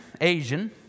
Asian